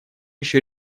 еще